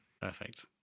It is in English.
perfect